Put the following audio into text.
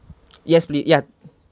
yes please ya